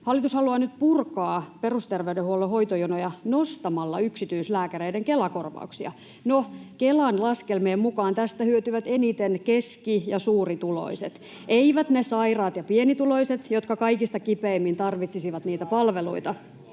Hallitus haluaa nyt purkaa perusterveydenhuollon hoitojonoja nostamalla yksityislääkäreiden Kela-kor-vauksia. No, Kelan laskelmien mukaan tästä hyötyvät eniten keski- ja suurituloiset, eivät ne sairaat ja pienituloiset, jotka kaikista kipeimmin tarvitsisivat niitä palveluita.